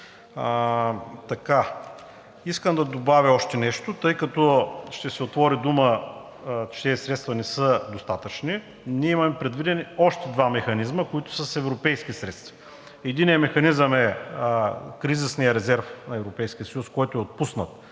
Искам да добавя още нещо. Тъй като ще се отвори дума, че тези средства не са достатъчни, имаме предвидени още два механизма, които са с европейски средства. Единият механизъм е кризисният резерв на Европейския съюз, който е отпуснат